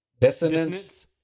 dissonance